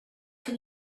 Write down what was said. can